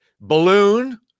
balloon